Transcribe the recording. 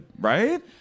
Right